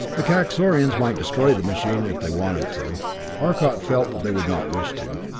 the kaxorians might destroy the machine if they wanted to arcot felt that they would not wish to.